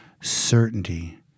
Certainty